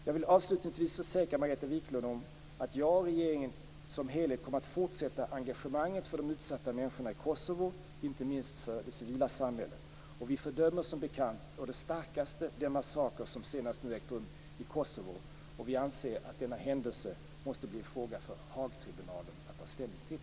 Jag vill avslutningsvis försäkra Margareta Viklund om att jag och regeringen som helhet kommer att fortsätta engagemanget för de utsatta människorna i Kosovo, inte minst för det civila samhället. Vi fördömer som bekant å det starkaste den massaker som senast ägt rum i Kosovo. Vi anser att denna händelse måste bli en fråga för Haagtribunalen att ta ställning till.